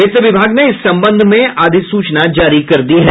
वित्त विभाग ने इस संबंध में अधिसूचना जारी कर दी है